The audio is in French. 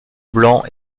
blanc